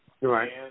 Right